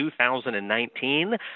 2019